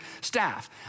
staff